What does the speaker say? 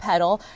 Pedal